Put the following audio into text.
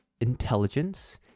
intelligence